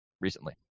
recently